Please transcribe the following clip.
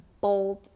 bold